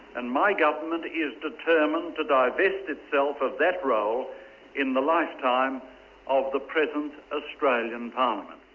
and my government is determined to divest itself of that role in the lifetime of the present australian parliament.